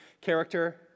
character